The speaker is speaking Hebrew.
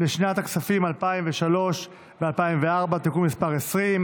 לשנות הכספים 2003 ו-2004) (תיקון מס' 20),